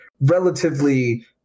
relatively